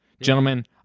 gentlemen